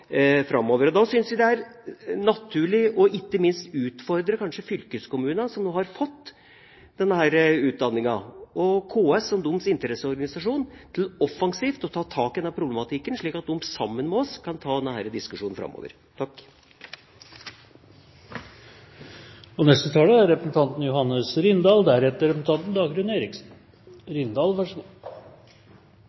framover. Da synes jeg det er naturlig å utfordre ikke minst fylkeskommunene, som nå har fått denne utdanningen, og KS, som deres interesseorganisasjon, til offensivt å ta tak i denne problematikken, slik at de sammen med oss kan ta denne diskusjonen framover. Denne saken er først og fremst en anerkjennelse av fagskolenes viktige rolle i å svare på kompetansebehov i samfunnet. Det er